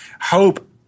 hope